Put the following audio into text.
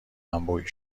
انبوهی